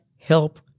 help